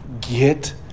get